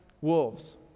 wolves